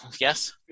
yes